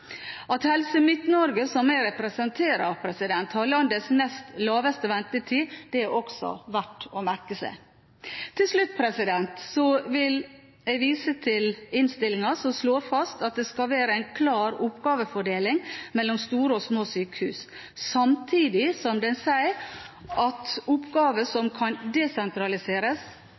At Helse Midt-Norge, som jeg representerer, har landets nest laveste ventetid, er også verdt å merke seg. Til slutt vil jeg vise til innstillingen, som slår fast at det skal være «en klar oppgavefordeling mellom store og små sykehus», samtidig som den sier at «oppgaver som kan desentraliseres»,